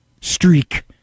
streak